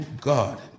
God